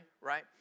right